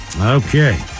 Okay